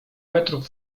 metrów